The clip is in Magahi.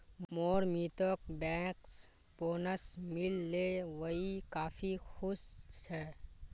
मोर मित्रक बैंकर्स बोनस मिल ले वइ काफी खुश छ